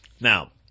Now